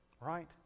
right